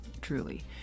truly